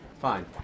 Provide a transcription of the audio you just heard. Fine